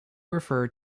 refer